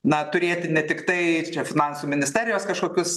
na turėti ne tiktai čia finansų ministerijos kažkokius